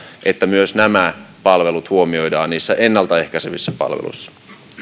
että myös nämä palvelut huomioidaan ennalta ehkäisevissä palveluissa